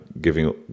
giving